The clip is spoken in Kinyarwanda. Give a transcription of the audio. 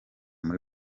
muri